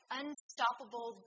unstoppable